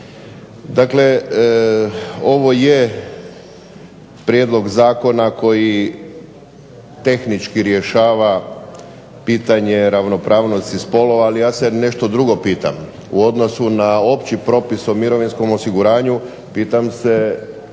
Dakle, ovo je prijedlog zakona koji tehnički rješava pitanje ravnopravnosti spolova, ali ja se nešto drugo pitam. U odnosu na opći propis o mirovinskom osiguranju pitam se,